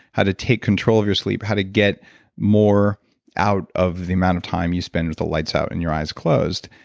how to take control of your sleep, how to get more out of the amount of time you spend with the lights out and your eyes closed.